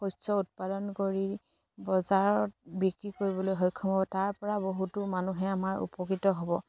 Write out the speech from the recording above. শস্য উৎপাদন কৰি বজাৰত বিক্ৰী কৰিবলৈ সক্ষম হ'ব তাৰপৰা বহুতো মানুহে আমাৰ উপকৃত হ'ব